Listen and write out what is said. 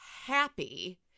happy